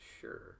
Sure